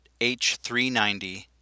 H390